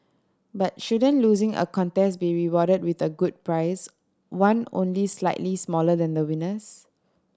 but shouldn't losing a contest be rewarded with a good prize one only slightly smaller than the winner's